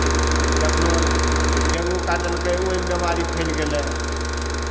कखनहु डेंगू काटलकै ओहिमे बिमारी फैल गेलै